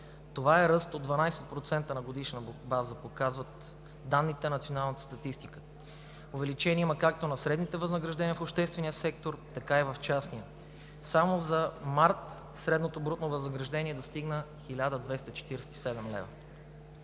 Това е ръст от 12% на годишна база, показват данните на националната статистика. Увеличение има както на средните възнаграждения в обществения сектор, така и в частния. Само за месец март средното брутно възнаграждение достигна 1247 лв.